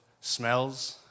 smells